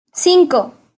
cinco